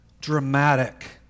dramatic